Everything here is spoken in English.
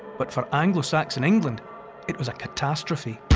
but for anglo-saxon england it was a catastrophe.